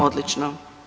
Odlično!